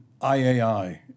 IAI